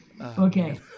Okay